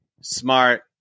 smart